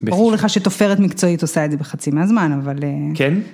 ברור לך שתופרת מקצועית עושה את זה בחצי מהזמן, אבל... -כן?